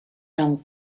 round